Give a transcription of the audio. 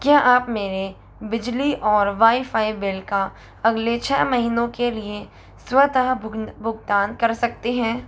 क्या आप मेरे बिजली और वाईफ़ाई बिल का अगले छः महीनों के लिए स्वतः भुगं भुगतान कर सकते हैं